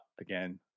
again